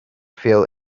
feel